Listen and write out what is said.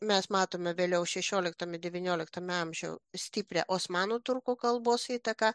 mes matome vėliau šešioliktame devynioliktame amžių stiprią osmanų turkų kalbos įtaką